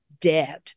dead